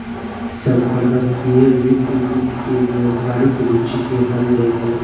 संगणकीय वित्त वित्त के व्यावहारिक रूचि के हल दैत अछि